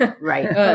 Right